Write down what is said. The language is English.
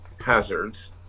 hazards